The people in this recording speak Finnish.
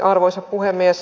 arvoisa puhemies